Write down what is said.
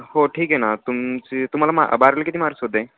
हो ठीक आहे ना तुमची तुम्हाला मा बारावीला किती मार्क्स होते